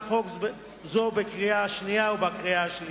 חוק זו בקריאה השנייה ובקריאה השלישית.